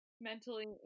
Mentally